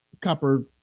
copper